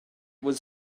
was